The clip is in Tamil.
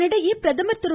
இதனிடையே பிரதமர் திரு